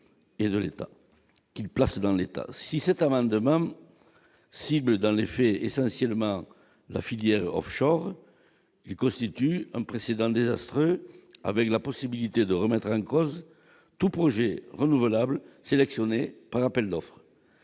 et de l'État qui place dans l'État, si cet amendement comme cible dans les faits, essentiellement la filière Offshore, il constitue un précédent désastreux, avec la possibilité de remettre en cause tout projet renouvelable sélectionnés par appel d'offres,